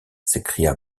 s’écria